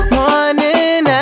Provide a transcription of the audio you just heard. morning